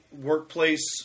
workplace